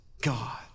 God